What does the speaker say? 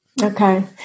Okay